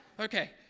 okay